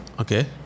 okay